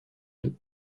deux